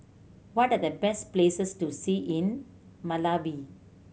what are the best places to see in Malawi